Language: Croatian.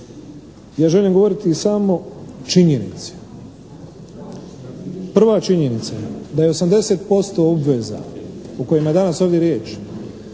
Ja želim govoriti samo činjenice. Prva činjenica da je 80% obveza o kojima je danas ovdje riječ